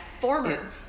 Former